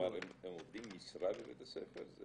הם עובדים משרה בבית הספר?